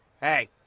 hey